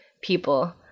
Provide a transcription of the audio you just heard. people